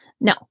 No